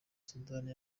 sudani